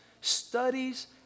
studies